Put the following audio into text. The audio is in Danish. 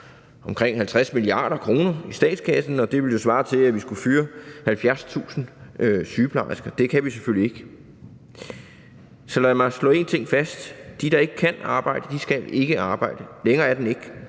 omkring 50 mia. kr. i statskassen, og det ville jo svare til, at vi skulle fyre 70.000 sygeplejersker. Det kan vi selvfølgelig ikke. Så lad mig slå én ting fast: De, der ikke kan arbejde, skal ikke arbejde, længere er den ikke,